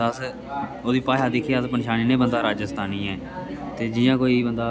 ते अस ओह्दी भाशा दिक्खियै अस पन्शानी बंदा राजस्थानी ऐ ते जियां कोई बंदा